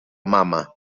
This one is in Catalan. mama